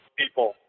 people